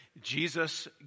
Jesus